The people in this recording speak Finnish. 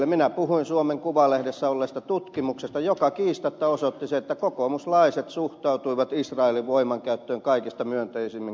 minä puhuin suomen kuvalehdessä olleesta tutkimuksesta joka kiistatta osoitti sen että kokoomuslaiset suhtautuivat israelin voimankäyttöön gazassa kaikista myönteisimmin